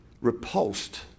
repulsed